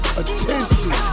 attention